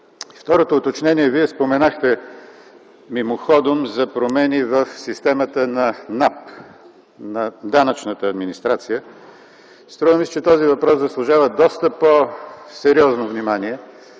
Второто уточнение. Вие споменахте мимоходом за промени в системата на НАП, на данъчната администрация. Струва ми се, този въпрос заслужава доста по-сериозно внимание